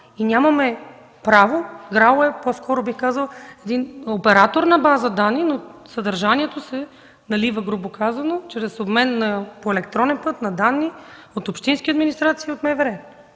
починали хора, ГРАО по-скоро е оператор на база данни, а съдържанието се налива, грубо казано, чрез обмен по електронен път на данни от общински администрации и от МВР.